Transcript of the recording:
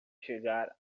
chegar